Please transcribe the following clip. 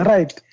Right